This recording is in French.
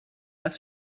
pas